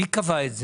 מי קבע את זה?